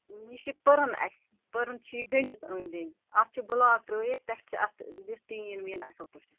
یہِ چھِ پٔرٕن اَسہِ پٔرٕن چھِ یہِ گٔنٛڈِتھ أنٛدۍ أنٛدۍ اَتھ چھِ بٕلاک ترٲوِتھ پٮ۪ٹھٕ چھِ اَتھ دِتھ ٹیٖن ویٖن اَصٕل پٲٹھۍ